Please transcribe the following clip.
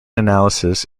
analysis